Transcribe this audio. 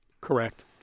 Correct